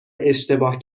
اشتباه